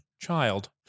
Child